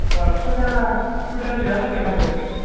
होमबा कयथा कयथासोया लागै नांगोन मेम नो